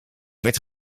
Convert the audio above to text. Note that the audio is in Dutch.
werd